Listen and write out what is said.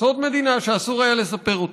סוד מדינה שאסור היה לספר אותו.